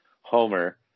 homer